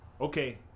Okay